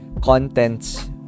contents